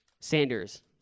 Sanders